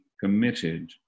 committed